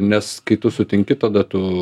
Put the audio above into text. nes kai tu sutinki tada tu